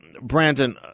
Brandon